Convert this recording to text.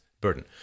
burden